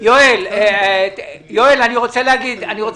יש גם